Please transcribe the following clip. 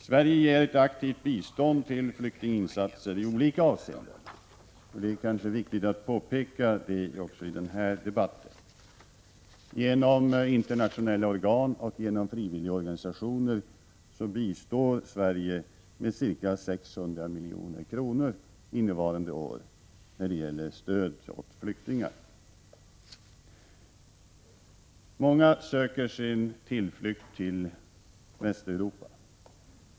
Sverige ger ett aktivt bistånd till flyktinginsatser i olika avseenden, och det är kanske viktigt att påpeka det också i denna debatt. Genom internationella organ och genom frivilligorganisationer bistår Sverige med ca 600 milj.kr. innevarande år när det gäller stöd åt flyktingar. Många söker sin tillflykt till Västeuropa.